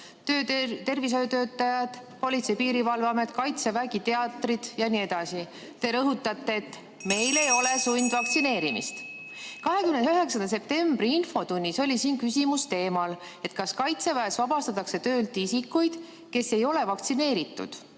tervishoiutöötajad, Politsei‑ ja Piirivalveamet, Kaitsevägi, teatrid jne. Te rõhutate, et meil ei ole sundvaktsineerimist. 29. septembri infotunnis oli küsimus teemal, kas Kaitseväes vabastatakse töölt isikud, kes ei ole vaktsineeritud,